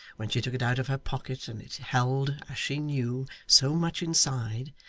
when she took it out of her pocket, and it held, as she knew, so much inside,